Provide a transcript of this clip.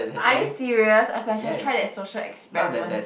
are you serious okay I should have tried that social experiment